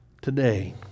today